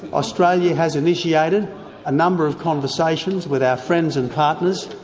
australia has initiated a number of conversations with our friends and partners.